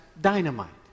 dynamite